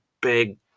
big